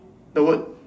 the word